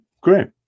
great